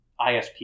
ISP